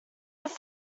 have